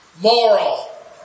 moral